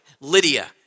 Lydia